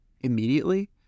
immediately